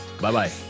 Bye-bye